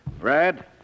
Brad